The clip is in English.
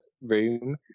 room